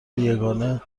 یگانه